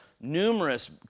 numerous